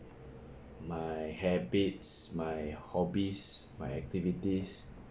my habits my hobbies my activities